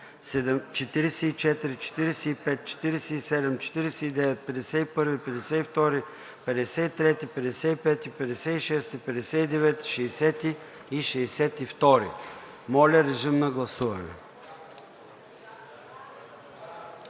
44, 45, 47, 49, 51, 52, 53, 55, 56, 59, 60 и 62. Моля, режим на гласуване.